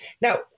Now